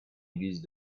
église